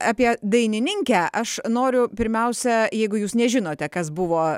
apie dainininkę aš noriu pirmiausia jeigu jūs nežinote kas buvo